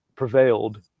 prevailed